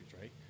right